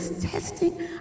testing